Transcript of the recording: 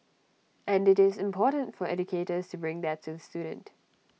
and IT is important for educators to bring that to the student